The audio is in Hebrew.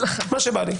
מה שבא לי,